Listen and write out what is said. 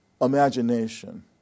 imagination